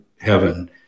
heaven